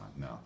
No